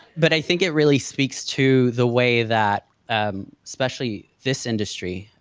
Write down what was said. but i think it really speaks to the way that especially this industry,